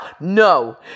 no